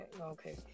okay